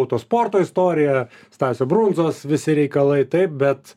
autosporto istorija stasio brundzos visi reikalai taip bet